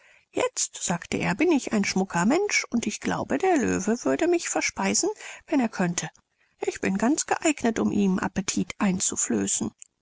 jetzt sagte er bin ich ein schmucker mensch und ich glaube der löwe würde mich verspeißen wenn er könnte ich bin ganz geeignet um ihm appetit einzuflößen